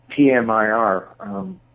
PMIR